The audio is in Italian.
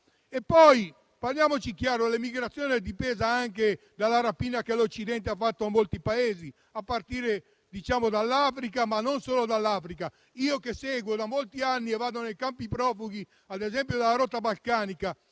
Inoltre, parliamoci chiaro: l'emigrazione è dipesa anche dalla rapina che l'Occidente ha fatto in molti Paesi, a partire dall'Africa, ma non solo. Io seguo la questione da molti anni e vado nei campi profughi, ad esempio della rotta balcanica;